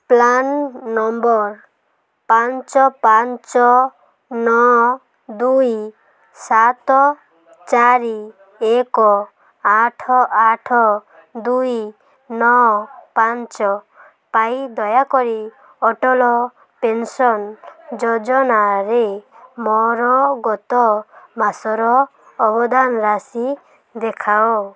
PRAN number ପାଞ୍ଚ ପାଞ୍ଚ ନଅ ଦୁଇ ସାତ ଚାରି ଏକ ଆଠ ଆଠ ଦୁଇ ନଅ ପାଞ୍ଚ ପାଇଁ ଦୟାକରି ଅଟଳ ପେନ୍ସନ୍ ଯୋଜନାରେ ମୋର ଗତ ମାସର ଅବଦାନ ରାଶି ଦେଖାଅ